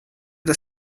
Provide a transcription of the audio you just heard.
das